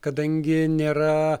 kadangi nėra